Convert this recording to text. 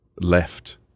left